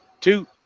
Two